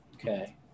Okay